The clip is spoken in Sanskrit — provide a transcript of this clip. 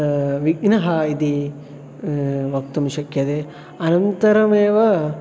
विघ्नः इति वक्तुं शक्यते अनन्तरमेव